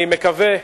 אני מקווה,